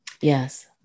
Yes